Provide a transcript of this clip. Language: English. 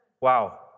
Wow